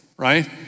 right